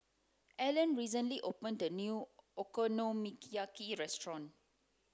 Hellen recently opened a new Okonomiyaki restaurant